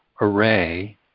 array